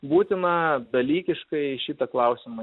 būtina dalykiškai šitą klausimą